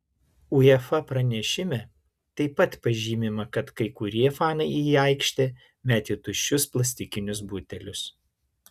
uefa pranešime taip pat pažymima kad kai kurie fanai į aikštę metė tuščius plastikinius butelius